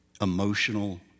emotional